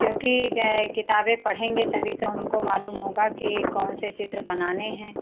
क्योंकि क्या है किताबें पढ़ेंगे तभी तो हमको मालूम होगा के कौन से चित्र बनाने हैं